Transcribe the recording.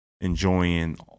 enjoying